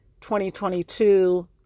2022